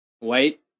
Wait